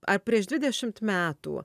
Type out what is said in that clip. ar prieš dvidešimt metų